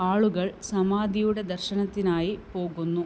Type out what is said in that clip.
ആളുകൾ സമാധിയുടെ ദർശനത്തിനായി പോകുന്നു